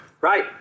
Right